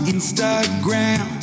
Instagram